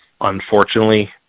unfortunately